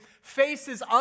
Faces